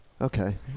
Okay